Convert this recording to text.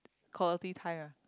quality time ah